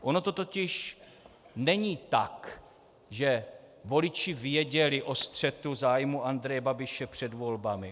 Ono to totiž není tak, že voliči věděli o střetu zájmů Andreje Babiše před volbami.